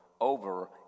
over